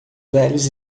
velhos